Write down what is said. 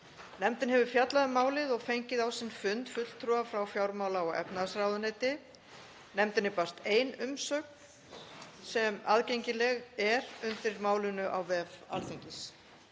Nefndin hefur fjallað um málið og fengið á sinn fund fulltrúa frá fjármála- og efnahagsráðuneyti. Nefndinni barst ein umsögn sem aðgengileg er undir málinu á vef Alþingis.